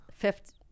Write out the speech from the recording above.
fifth